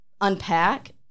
unpack